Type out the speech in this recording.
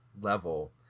level